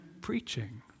preaching